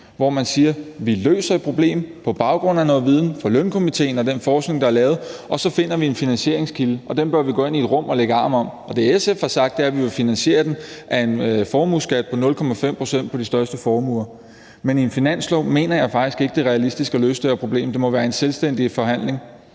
hvor man siger, at man løser et problem på baggrund af noget viden fra lønstrukturkomitéen og den forskning, der er lavet, og at man så finder en finansieringskilde, og den bør vi gå ind i et rum og lægge arm om. Og det, som SF har sagt, er, at vi vil finansiere den af en formueskat på 0,5 pct. på de største formuer. Men i en finanslovsforhandling mener jeg faktisk ikke det er realistisk at løse det her problem, for det må være i en selvstændig forhandling.